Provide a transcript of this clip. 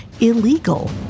illegal